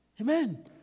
Amen